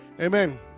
Amen